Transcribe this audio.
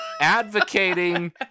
advocating